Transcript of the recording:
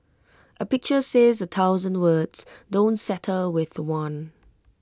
A pictures says A thousand words don't settle with one